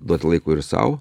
duot laiko ir sau